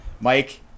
Mike